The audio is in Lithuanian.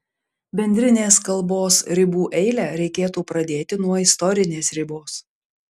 bendrinės kalbos ribų eilę reikėtų pradėti nuo istorinės ribos